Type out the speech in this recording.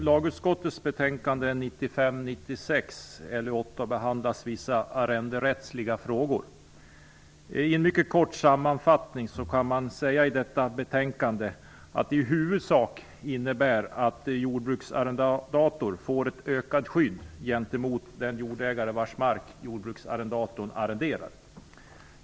Fru talman! I lagutskottets betänkande Mycket kort sammanfattat kan sägas att detta betänkande i huvudsak innebär att jordbruksarrendator får ett ökat skydd gentemot den jordägare vars mark jordbruksarrendatorn arrenderar.